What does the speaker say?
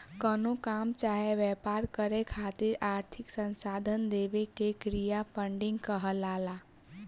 कवनो काम चाहे व्यापार करे खातिर आर्थिक संसाधन देवे के क्रिया फंडिंग कहलाला